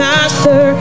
Master